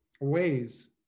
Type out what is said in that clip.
ways